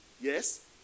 Yes